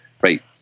right